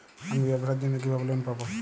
আমি ব্যবসার জন্য কিভাবে লোন পাব?